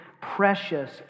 precious